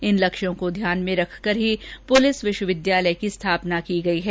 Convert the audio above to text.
इन लक्ष्यों को ध्यान में रखकर ही पुलिस विश्वविद्यालय की स्थापना की गई है